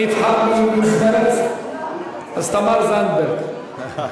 אני אבחר, אז תמר זנדברג.